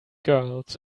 girls